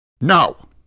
No